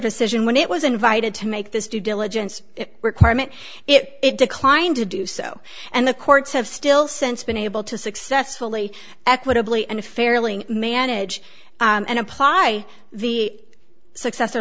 decision when it was invited to make this due diligence requirement it declined to do so and the courts have still since been able to successfully equitably and fairly manage and apply the successor